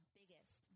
biggest